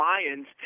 Lions